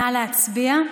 נא להצביע.